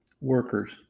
workers